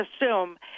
assume